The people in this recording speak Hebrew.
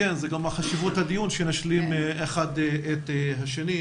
כמה דקות בגלל שיש את הוועדה וצריך להצביע שם.